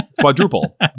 quadruple